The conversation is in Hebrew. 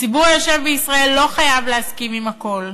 הציבור היושב בישראל לא חייב להסכים עם הכול.